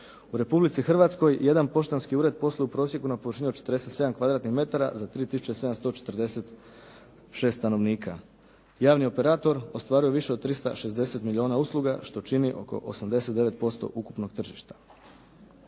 U Republici Hrvatskoj jedan poštanski ured posluje u prosjeku na površini od 47 kvadratnih metara za 3746 stanovnika. Javni operator ostvaruje više od 360 milijuna usluga, što čini oko 89% ukupnog tržišta.